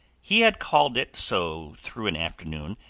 he had called it so through an afternoon,